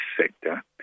sector